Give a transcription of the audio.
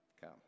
come